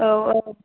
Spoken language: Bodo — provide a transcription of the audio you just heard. औ औ